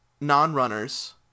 non-runners